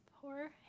poor